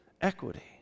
equity